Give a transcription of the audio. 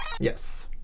Yes